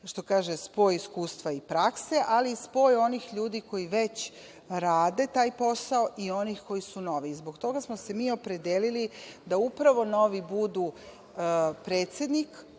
što kaže, spoj iskustva i prakse, ali i spoj onih ljudi koji već rade taj posao i onih koji su novi. Zbog toga smo se mi opredelili da upravo novi budu predsednik